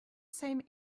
same